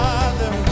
Father